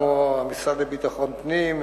כמו המשרד לביטחון פנים,